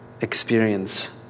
experience